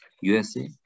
USA